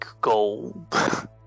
gold